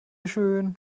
schön